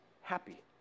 happy